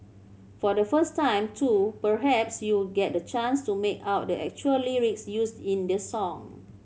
for the first time too perhaps you'll get the chance to make out the actual lyrics used in the song